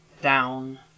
down